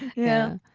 yeah.